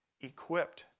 equipped